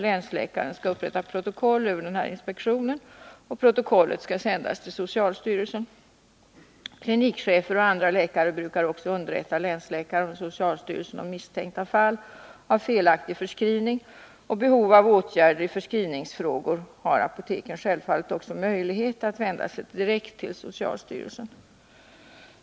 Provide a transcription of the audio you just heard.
Länsläkaren skall upprätta protokoll över inspektionen, och protokollet skall sändas in till socialstyrelsen. Klinikchefer och andra läkare brukar också underrätta länsläkaren och socialstyrelsen om misstänkta fall av felaktig förskrivning. Vid behov av åtgärder i förskrivningsfrågor har apoteken självfallet också möjlighet att vända sig direkt till socialstyrelsen.